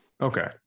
Okay